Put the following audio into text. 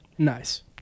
nice